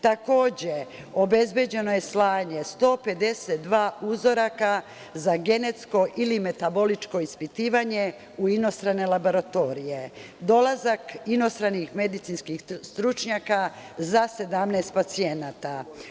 Takođe, obezbeđeno je slanje 152 uzoraka za genetsko ili metaboličko ispitivanje u inostrane laboratorije, dolazak inostranih medicinskih stručnjaka za 17 pacijenata.